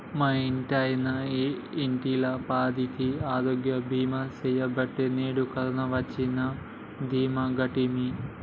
మా ఇంటాయన ఇంటిల్లపాదికి ఆరోగ్య బీమా సెయ్యబట్టే నేడు కరోన వచ్చినా దీమాగుంటిమి